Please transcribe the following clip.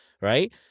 right